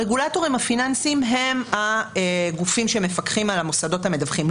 הרגולטורים הפיננסיים הם הגופים שמפקחים על המוסדות המדווחים,